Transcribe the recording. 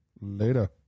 Later